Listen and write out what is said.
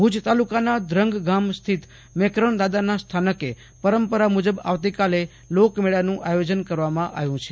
ભુજ તાલુકાના ધ્રંગ ગામ સ્થિત મેકરણદાદાના સ્થાનકે પરંપરા મુજબ આવતી કાલે લોક મેળાનું આયોજન કરવામાં આવ્યુ છે